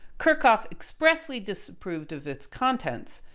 kirchhoff expressly disapproved of its contents.